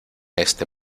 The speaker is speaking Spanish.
este